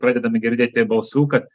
pradedame girdėti balsų kad